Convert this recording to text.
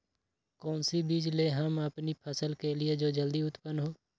कौन सी बीज ले हम अपनी फसल के लिए जो जल्दी उत्पन हो?